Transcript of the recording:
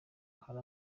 ahari